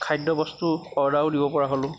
খাদ্য বস্তু অৰ্ডাৰো দিব পৰা হ'লোঁ